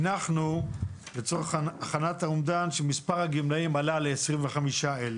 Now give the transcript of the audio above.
אז אנחנו הנחנו לצורך הכנת האומדן שכמות הגמלאים עלתה לכ-25,000